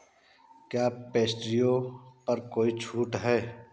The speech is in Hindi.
क्या पेस्ट्रियो पर कोई छूट है